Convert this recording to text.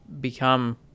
become